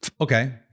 okay